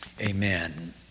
Amen